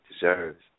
deserves